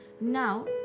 Now